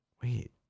Wait